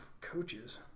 coaches